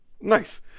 Nice